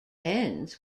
ends